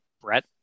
Brett